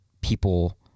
people